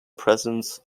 presence